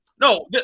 no